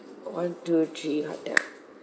one two three hotel